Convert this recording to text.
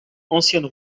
ancienne